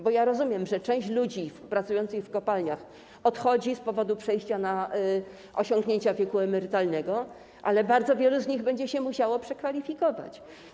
Bo ja rozumiem, że część ludzi pracujących w kopalniach odchodzi z powodu osiągnięcia wieku emerytalnego, ale bardzo wielu z nich będzie się musiało przekwalifikować.